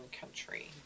country